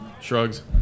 shrugs